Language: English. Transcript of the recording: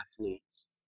athletes